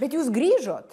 bet jūs grįžot